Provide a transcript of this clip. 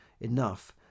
enough